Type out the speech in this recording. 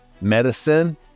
medicine